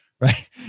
right